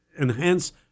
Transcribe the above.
enhance